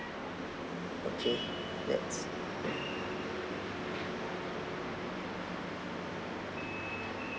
okay that's